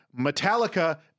Metallica